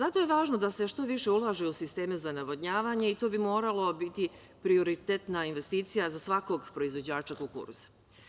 Važno je zato da se što više ulaže u sisteme za navodnjavanje i to bi moralo biti prioritetna investicija za svakog proizvođača kukuruza.